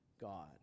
God